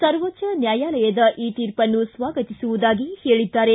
ಸರ್ವೋಚ್ವ ನ್ಯಾಯಾಲಯದ ಈ ತೀರ್ಪನ್ನು ಸ್ವಾಗತಿಸುವುದಾಗಿ ಹೇಳಿದ್ದಾರೆ